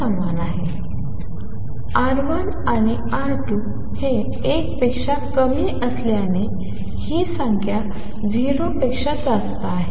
समान आहे R1 आणि R2 हे 1 पेक्षा कमी असल्याने ही संख्या 0 पेक्षा जास्त आहे